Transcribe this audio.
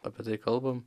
apie tai kalbam